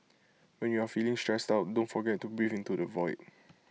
when you are feeling stressed out don't forget to breathe into the void